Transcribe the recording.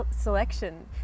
selection